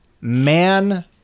man